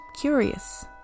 curious